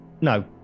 No